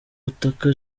butaka